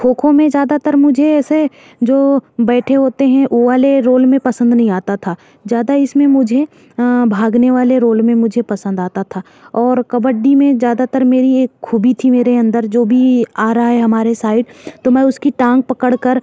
खो खो में ज़्यादातर मुझे ऐसे जो बैठे होते हैं वो वाले रोल में पसंद नहीं आता था ज़्यादा इसमें मुझे भागने वाले रोल में मुझे पसंद आता था और कबड्डी में ज़्यादातर मेरी एक खूबी थी मेरे अंदर जो भी आ रहा है हमारे साइड तो मैं उसकी टांग पकड़ कर